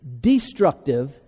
destructive